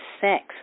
sex